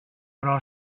però